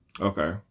okay